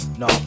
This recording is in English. no